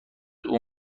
اون